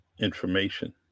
information